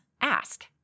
ask